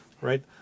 right